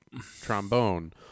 trombone